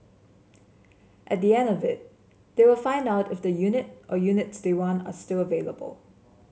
at the end of it they will find out if the unit or units they want are still available